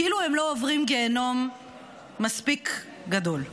כאילו הן לא עוברות גיהינום מספיק גדול.